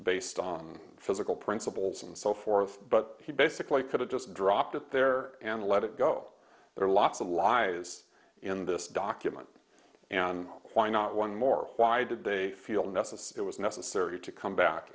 based on physical principles and so forth but he basically could have just dropped it there and let it go there are lots of lies in this document and why not one more why did they feel necessary it was necessary to come back